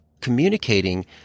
communicating